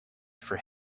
for